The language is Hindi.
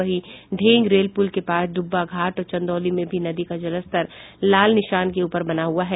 वहीं ढ़ेंग रेल पुल के पास डुब्बा घाट और चंदौली में भी नदी का जलस्तर लाल निशान के ऊपर बना हुआ है